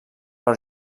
per